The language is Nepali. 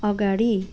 अगाडि